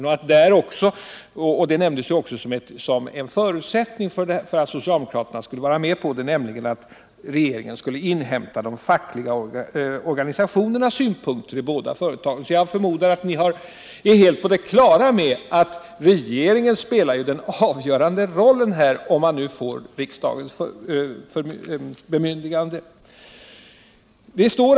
Regeringen skall inhämta synpunkter från de fackliga organisationerna i båda bolagen — det nämndes som en förutsättning för att socialdemokraterna skulle gå med på förslaget. Jag förmodar att ni är helt på det klara med att regeringen spelar den avgörande rollen, om den får riksdagens bemyndigande.